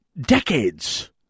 Decades